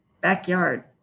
backyard